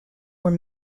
were